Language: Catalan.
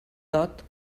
dot